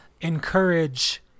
encourage